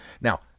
Now